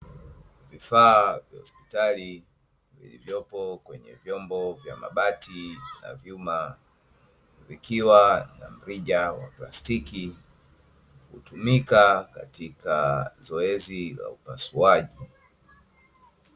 Vifaa vya hospitali vilivyopo kwenye vyombo vya mabati na vyuma, vikiwa na mrija wa plastiki, hutumika katika zoezi la upasuaji.